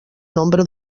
nombre